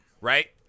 Right